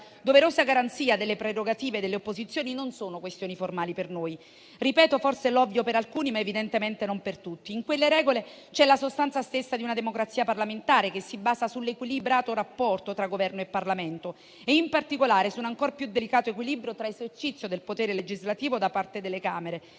la doverosa garanzia delle prerogative delle opposizioni non sono per noi questioni formali. Ripeto forse l'ovvio per alcuni, ma evidentemente non per tutti: in quelle regole c'è la sostanza stessa di una democrazia parlamentare, che si basa sull'equilibrato rapporto tra Governo e Parlamento; in particolare, su un ancor più delicato equilibrio tra esercizio del potere legislativo da parte delle Camere